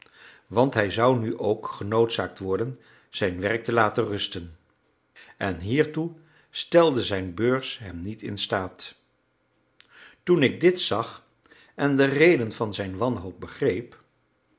want hij zou nu ook genoodzaakt worden zijn werk te laten rusten en hiertoe stelde zijn beurs hem niet instaat toen ik dit zag en de reden van zijn wanhoop begreep